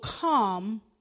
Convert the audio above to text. come